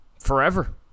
forever